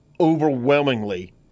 overwhelmingly